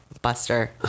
buster